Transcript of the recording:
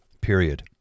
Period